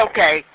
Okay